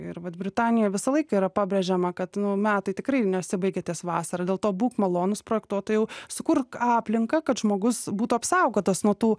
ir vat britanijoj visą laiką yra pabrėžiama kad metai tikrai nesibaigia ties vasara dėl to būk malonus projektuotojau sukurk aplinką kad žmogus būtų apsaugotas nuo tų